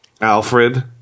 alfred